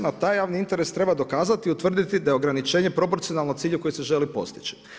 No taj javni interes treba dokazati, utvrditi da je ograničenje proporcionalno cilju koji se želi postići.